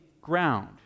ground